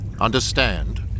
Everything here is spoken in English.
Understand